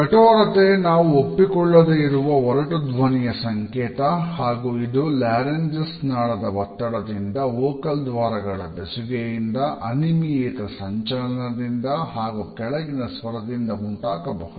ಕಠೋರತೆ ನಾವು ಒಪ್ಪಿಕೊಳ್ಳದೆ ಇರುವ ಒರಟು ಧ್ವನಿಯ ಸಂಕೇತ ಹಾಗೂ ಇದು ಲಾರಿನ್ಗೆಳ್ಳಿ ನಾಳದ ಒತ್ತಡದಿಂದ ವೋಕಲ್ ದ್ವಾರಗಳ ಬೆಸುಗೆಯಿಂದ ಅನಿಮಿಯಿತ ಸಂಚಲನದಿಂದ ಹಾಗೂ ಕೆಳಗಿನ ಸ್ವರದಿಂದ ಉಂಟಾಗಬಹುದು